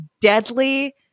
deadly